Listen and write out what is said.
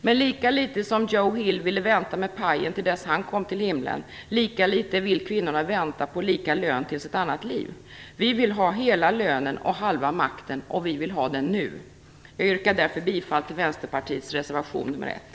Men lika litet som Joe Hill ville vänta med pajen till dess han kom till himlen - lika litet vill kvinnorna vänta på lika lön tills ett annat liv. Vi vill ha hela lönen och halva makten, och vi vill ha det nu. Jag yrkar därför bifall till Vänsterpartiets reservation nr 1